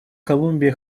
колумбия